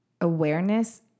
Awareness